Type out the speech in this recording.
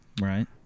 right